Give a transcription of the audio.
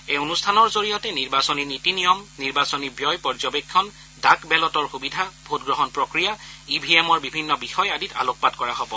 এই অনুষ্ঠানৰ জৰিয়তে নিৰ্বাচনী নীতি নিয়ম নিৰ্বাচনী ব্যয় পৰ্যবেক্ষণ ডাক বেলটৰ সুবিধা ভোটগ্ৰহণ প্ৰক্ৰিয়া ই ভি এমৰ বিভিন্ন বিষয় আদিত আলোকপাত কৰা হ'ব